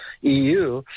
EU